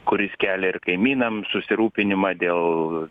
kuris kelia ir kaimynam susirūpinimą dėl